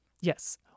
Yes